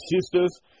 sisters